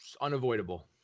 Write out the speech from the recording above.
Unavoidable